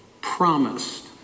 promised